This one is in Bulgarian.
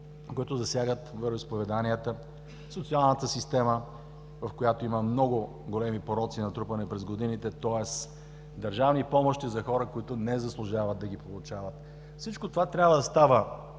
които засягат вероизповеданията, социалната система, в която има много големи пороци, натрупани през годините, тоест държавни помощи за хора, които не заслужават да ги получават. Всичко това трябва да става